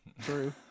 True